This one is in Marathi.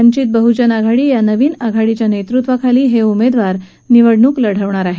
वंचित बहुजन आघाडी या नव्या आघाडीच्या नेतृत्वाखाली हे उमेदवार निवडणूक लढवणार आहेत